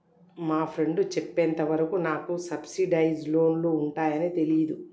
మా ఫ్రెండు చెప్పేంత వరకు నాకు సబ్సిడైజ్డ్ లోన్లు ఉంటయ్యని తెలీదు